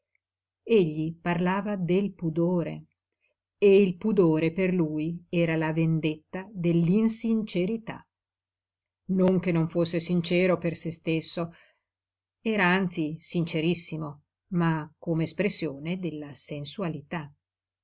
egli parlava del pudore e il pudore per lui era la vendetta dell'insincerità non che non fosse sincero per se stesso era anzi sincerissimo ma come espressione della sensualità